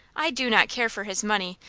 i do not care for his money,